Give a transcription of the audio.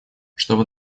чтобы